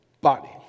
body